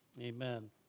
Amen